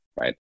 right